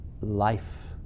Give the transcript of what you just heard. life